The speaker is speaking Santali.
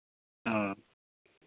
ᱚ